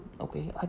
Okay